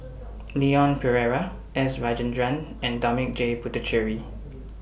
Leon Perera S Rajendran and Dominic J Puthucheary